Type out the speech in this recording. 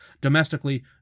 Domestically